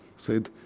said,